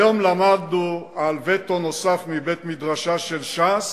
היום למדנו על וטו נוסף מבית-מדרשה של ש"ס